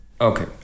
Okay